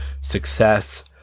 success